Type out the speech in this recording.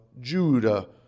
Judah